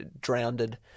drowned